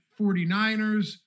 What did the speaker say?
49ers